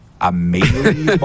amazing